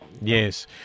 Yes